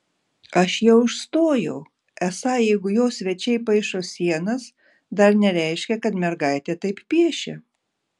aš ją užstojau esą jeigu jo svečiai paišo sienas dar nereiškia kad mergaitė taip piešia